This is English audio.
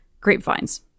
grapevines